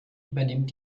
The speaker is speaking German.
übernimmt